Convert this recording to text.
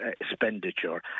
expenditure